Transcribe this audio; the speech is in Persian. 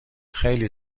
خیلی